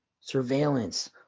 Surveillance